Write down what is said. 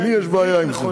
לי יש בעיה עם זה.